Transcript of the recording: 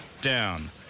down